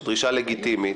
זו דרישה לגיטימית.